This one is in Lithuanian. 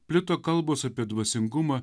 plito kalbos apie dvasingumą